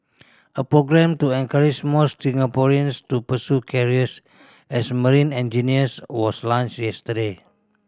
a programme to encourage more Singaporeans to pursue careers as marine engineers was launched yesterday